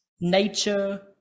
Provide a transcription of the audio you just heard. nature